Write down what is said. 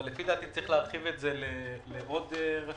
אבל לפי דעתי צריך להרחיב את זה לעוד רשויות,